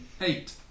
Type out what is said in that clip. Eight